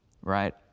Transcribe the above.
right